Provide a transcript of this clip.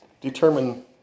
determine